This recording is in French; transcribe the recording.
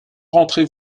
rentrez